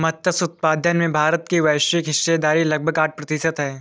मत्स्य उत्पादन में भारत की वैश्विक हिस्सेदारी लगभग आठ प्रतिशत है